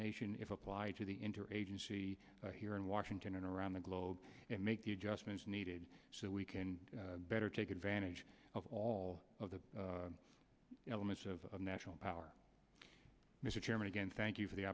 nation if applied to the interagency here in washington and around the globe and make the adjustments needed so we can better take advantage of all of the elements of national power mr chairman again thank you for the